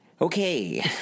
Okay